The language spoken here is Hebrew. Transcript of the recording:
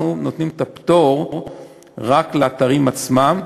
אנחנו נותנים את הפטור רק לאתרים עצמם.